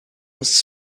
was